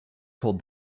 called